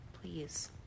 please